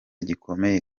gikomeye